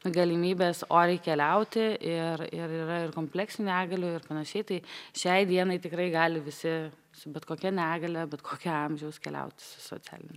galimybes oriai keliauti ir ir yra ir kompleksinių negalių ir panašiai tai šiai dienai tikrai gali visi su bet kokia negalia bet kokio amžiaus keliauti su socialiniu